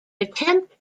attempt